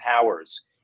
Powers